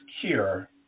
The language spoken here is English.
cure